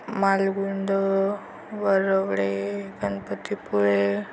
Malgund Varavade Ganpatipule